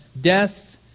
death